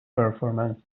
performance